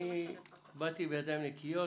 אני באתי בידיים נקיות.